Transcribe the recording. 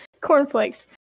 Cornflakes